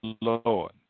Lord